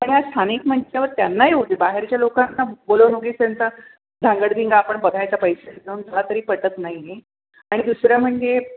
पण या स्थानिक म्हटल्यावर त्यांना येऊ दे बाहेरच्या लोकांना बोलावून उगीच त्यांचा धांगडधिंगा आपण बघायचा पैसे देऊन मला तरी पटत नाही आहे आणि दुसरं म्हणजे